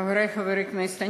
חברי חברי הכנסת,